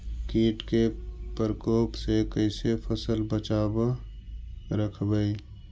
कीट के परकोप से कैसे फसल बचाब रखबय?